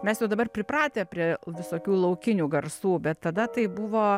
mes jau dabar pripratę prie visokių laukinių garsų bet tada tai buvo